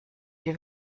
die